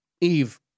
Eve